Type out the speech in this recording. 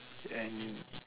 and